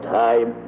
time